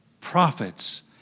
prophets